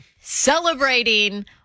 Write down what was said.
celebrating